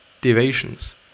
deviations